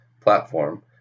platform